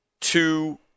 two